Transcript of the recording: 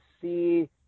see